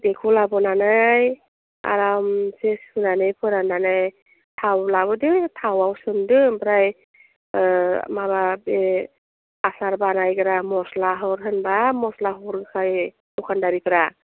बेखौ लाबोनानै आरामसे सुनानै फोरान्नानै थाव लाबोदो थावआव सोमदो ओमफ्राय माबा बे आसार बानायग्रा मस्ला हर होनबा मस्ला हरखायो दखानदारिफ्रा